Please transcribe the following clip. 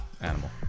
animal